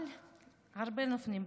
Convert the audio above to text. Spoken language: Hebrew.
אבל הרבה נופלים בפח,